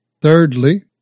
Thirdly